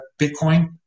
Bitcoin